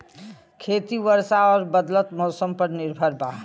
खेती वर्षा और बदलत मौसम पर निर्भर बा